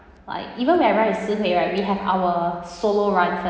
like even when I run with si hui right we have our solo run